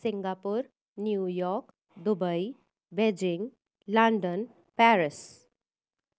Singapore New York Dubai Beijing London Paris